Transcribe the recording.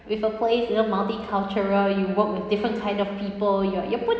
with a place you know multicultural you work with different kind of people you're you're put